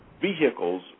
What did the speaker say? vehicles